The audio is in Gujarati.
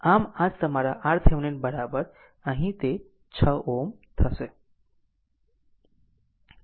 આમ આમ જ તમારા RThevenin અહીં તે 6 Ω છે